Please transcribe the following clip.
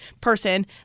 person